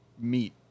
meet